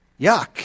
Yuck